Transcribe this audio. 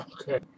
Okay